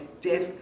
death